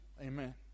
Amen